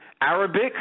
Arabic